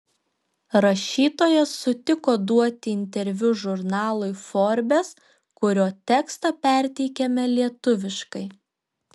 rašytojas sutiko duoti interviu žurnalui forbes kurio tekstą perteikiame lietuviškai